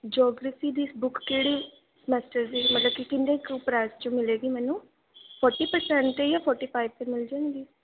geography ਦੀ book ਕਿਹੜੇ semester ਦੀ ਮਤਲਬ ਕਿ ਕਿੰਨੇ ਕੁ ਪਰੈਸ 'ਚ ਮਿਲੇਗੀ ਮੈਨੂੰ ਫੋਰਟੀ ਪਰਸੈਂਟ 'ਤੇ ਜਾਂ ਫੋਰਟੀ ਫਾਈਵ ਪਰਸੈਂਟ 'ਤੇ ਮਿਲ ਜਾਵੇਗੀ